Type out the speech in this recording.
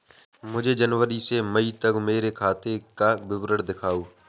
मुझे जनवरी से मई तक मेरे खाते का विवरण दिखाओ?